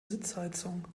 sitzheizung